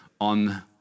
on